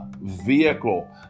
vehicle